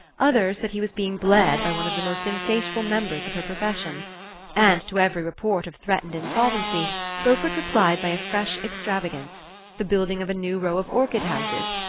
others that he was being bled by one of the most insatiable members of her profession and to every report of threatened insolvency beaufort replied by a fresh extravagance the building of a new row of orchid-houses,